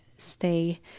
Stay